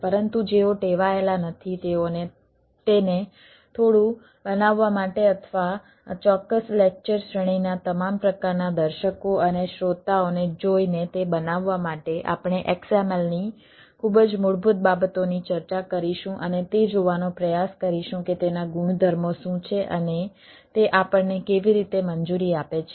પરંતુ જેઓ ટેવાયેલા નથી તેઓને તેને થોડું બનાવવા માટે અથવા આ ચોક્કસ લેક્ચર શ્રેણીના તમામ પ્રકારના દર્શકો અને શ્રોતાઓને જોઈને તે બનાવવા માટે આપણે XML ની ખૂબ જ મૂળભૂત બાબતોની ચર્ચા કરીશું અને તે જોવાનો પ્રયાસ કરીશું કે તેના ગુણધર્મો શું છે અને તે આપણને કેવી રીતે મંજૂરી આપે છે